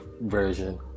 version